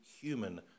human